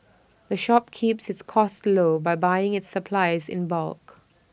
the shop keeps its costs low by buying its supplies in bulk